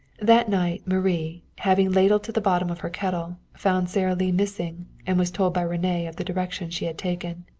that night marie, having ladled to the bottom of her kettle, found sara lee missing, and was told by rene of the direction she had taken.